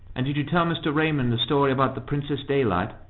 and did you tell mr. raymond the story about the princess daylight?